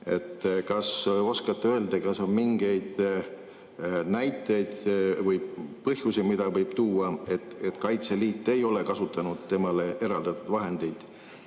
oskate öelda, kas on mingeid näiteid või põhjuseid, mida võib tuua, et Kaitseliit ei ole kasutanud temale eraldatud vahendeid